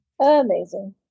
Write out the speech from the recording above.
Amazing